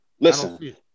Listen